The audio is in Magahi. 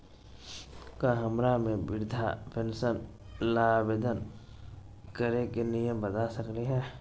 का हमरा के वृद्धा पेंसन ल आवेदन करे के नियम बता सकली हई?